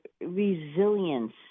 resilience